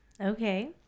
Okay